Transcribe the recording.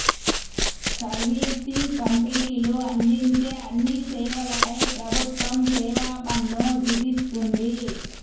servicing కంపెనీలు అందించే అన్ని సేవలపై ప్రభుత్వం సేవా పన్ను విధిస్తుంది